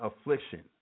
affliction